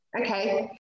Okay